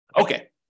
Okay